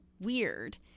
weird